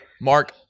Mark